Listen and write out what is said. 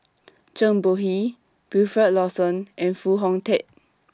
Zhang Bohe Wilfed Lawson and Foo Hong Tatt